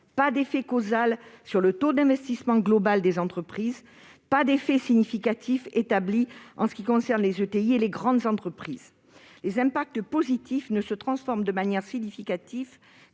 pas d'effet causal sur le taux d'investissement global des entreprises, pas d'effet significatif établi en ce qui concerne les ETI, les entreprises de taille intermédiaire, et les grandes entreprises. Les impacts positifs ne se transforment de manière significative